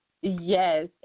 yes